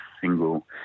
single